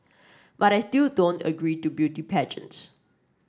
but I still don't agree to beauty pageants